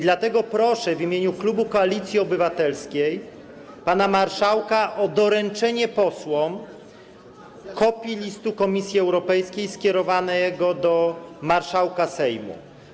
Dlatego w imieniu klubu Koalicji Obywatelskiej proszę pana marszałka o doręczenie posłom kopii listu Komisji Europejskiej skierowanego do marszałka Sejmu.